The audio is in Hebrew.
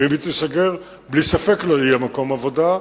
ואם היא תיסגר, בלי ספק לא יהיה מקום עבודה.